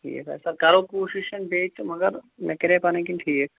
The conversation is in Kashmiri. ٹھیٖک حظ سَر کٔرِو کوٗشش بیٚیہِ تہٕ مَگر مےٚ کَریے پَنٕنۍ کِنۍ ٹھیٖک